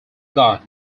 guide